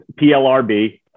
PLRB